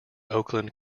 oakland